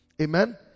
Amen